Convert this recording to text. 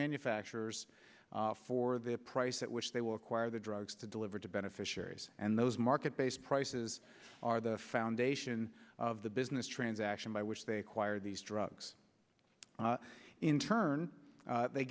manufacturers for the price at which they will acquire the drugs to deliver to beneficiaries and those market based prices are the foundation of the business transaction by which they acquire these drugs in turn they